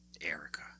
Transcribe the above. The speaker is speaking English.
Erica